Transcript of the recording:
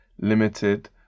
limited